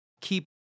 keep